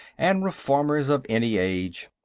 and reformers of any age.